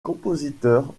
compositeur